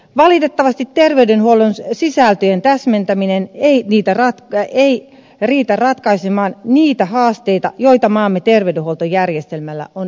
valitettavasti terveydenhuollon sisältöjen täsmentäminen ei riitä ratkaisemaan niitä haasteita joita maamme terveydenhuoltojärjestelmällä on edessä